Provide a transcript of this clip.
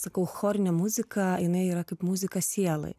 sakau chorinę muziką jinai yra kaip muzika sielai